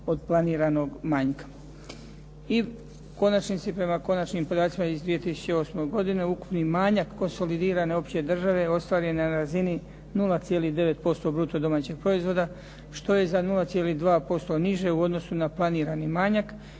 od planiranog manjka. I u konačnici prema konačnim podacima iz 2008. godine ukupni manjak konsolidirane opće države ostvaren je na razini 0,9% bruto domaćeg proizvoda što je za 0,2% niže u odnosu na planirani manjak